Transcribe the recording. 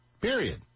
period